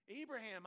Abraham